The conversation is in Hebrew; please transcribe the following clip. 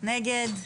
מי נגד?